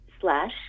slash